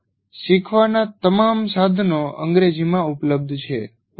પરંતુ શીખવાના તમામ સાધનો અંગ્રેજીમાં ઉપલબ્ધ છે